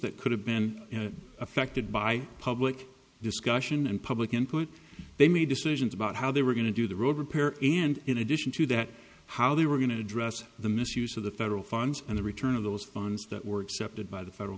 that could have been affected by public discussion and public input they made decisions about how they were going to do the road repair and in addition to that how they were going to address the misuse of the federal funds and the return of those funds that were accepted by the federal